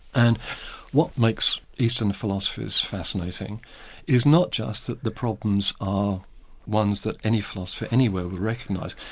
and what makes eastern philosophies fascinating is not just that the problems are ones that any philosopher, anywhere would recognise,